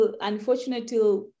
unfortunately